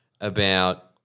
about-